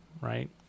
right